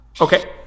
Okay